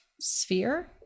sphere